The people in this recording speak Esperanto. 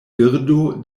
birdo